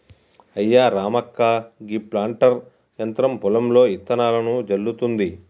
అయ్యా రామక్క గీ ప్లాంటర్ యంత్రం పొలంలో ఇత్తనాలను జల్లుతుంది